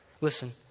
listen